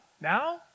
Now